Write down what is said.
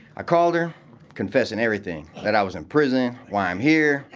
i called her confessing everything, that i was in prison, why i'm here,